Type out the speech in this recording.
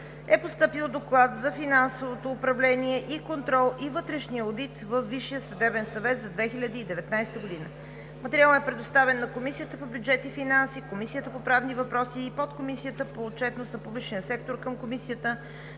е постъпил Доклад за финансовото управление и контрол и вътрешния одит във Висшия съдебен съвет за 2019 г. Материалът е предоставен на Комисията по бюджет и финанси, Комисията по правни въпроси и Подкомисията по отчетност на публичния сектор към Комисията